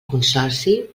consorci